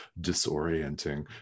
disorienting